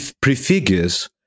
prefigures